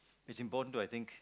is important to I think